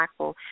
impactful